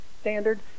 standard